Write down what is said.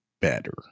better